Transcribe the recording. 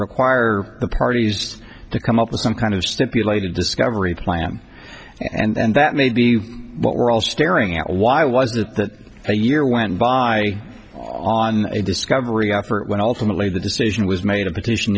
require the parties to come up with some kind of stipulated discovery plan and that may be what we're all staring at why was that a year went by on a discovery effort when ultimately the decision was made a petition